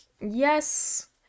yes